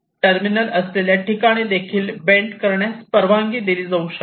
terminal असलेल्या ठिकाणी देखील बेंड करण्यास परवानगी दिली जाऊ शकते